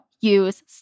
use